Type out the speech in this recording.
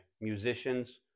musicians